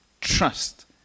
Trust